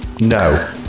No